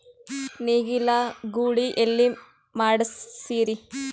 ನೇಗಿಲ ಗೂಳಿ ಎಲ್ಲಿ ಮಾಡಸೀರಿ?